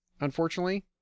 unfortunately